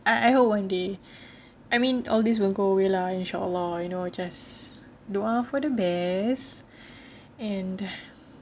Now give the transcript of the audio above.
I hope one day I mean all these will go away lah inshallah you know just dua for the best